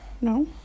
No